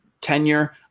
tenure